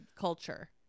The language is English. culture